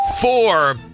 Four